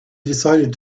decided